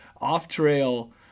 off-trail